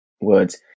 words